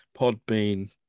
Podbean